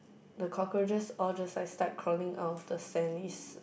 the cockroaches all just like start crawling out of the sand is